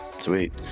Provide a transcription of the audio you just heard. Sweet